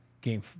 Game